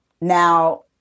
Now